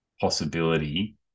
possibility